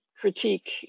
critique